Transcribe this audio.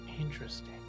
Interesting